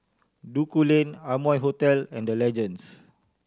Duku Lane Amoy Hotel and The Legends